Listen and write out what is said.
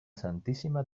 santísima